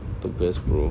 the best bro